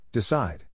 Decide